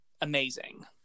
amazing